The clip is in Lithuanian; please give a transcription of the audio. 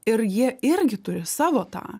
ir jie irgi turi savo tą